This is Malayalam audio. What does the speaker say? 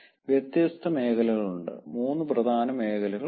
വ്യത്യസ്ത മേഖലകളുണ്ട് മൂന്ന് പ്രധാന മേഖലകൾ പറയാം